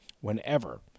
whenever